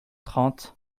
trente